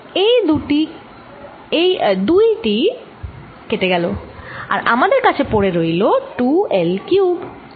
এই 2 দুটি কেটে গেল আর আমাদের কাছে পড়ে রইল 2 L কিউব